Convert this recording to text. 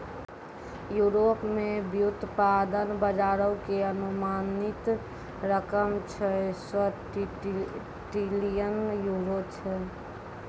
Europe मे व्युत्पादन बजारो के अनुमानित रकम छौ सौ ट्रिलियन यूरो छै